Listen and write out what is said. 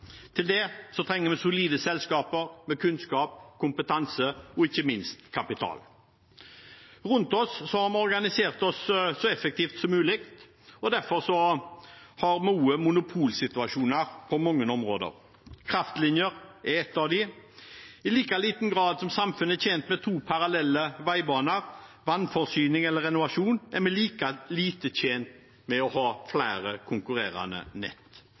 Til det trenger vi solide selskaper med kunnskap, kompetanse og ikke minst kapital. Rundt oss har vi organisert oss så effektivt som mulig, og derfor har vi også monopolsituasjoner på mange områder. Kraftlinjer er et av dem. Som samfunnet i liten grad er tjent med to parallelle veibaner, vannforsyning eller renovasjon, er vi i like liten grad tjent med å ha flere konkurrerende nett.